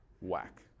Whack